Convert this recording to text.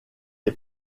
est